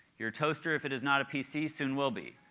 your toaster, if it is not a pc, soon will be.